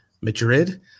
Madrid